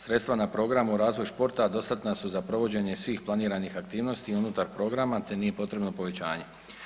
Sredstva na programu razvoj športa dostatna su za provođenje svih planiranih aktivnosti unutar programa, te nije potrebno povećanje.